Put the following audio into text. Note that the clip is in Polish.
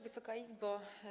Wysoka Izbo!